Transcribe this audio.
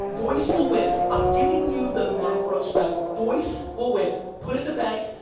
voice will win. i'm giving you the macro strategy. voice will win. put in the bank.